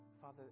Father